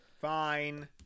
Fine